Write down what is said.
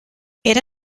era